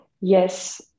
Yes